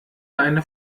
eine